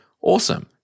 Awesome